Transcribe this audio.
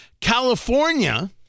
California